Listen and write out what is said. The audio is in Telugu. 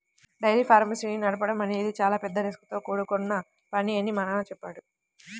డైరీ ఫార్మ్స్ ని నడపడం అనేది చాలా పెద్ద రిస్కుతో కూడుకొన్న పని అని మా నాన్న చెప్పాడు